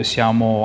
Siamo